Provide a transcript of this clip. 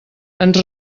ens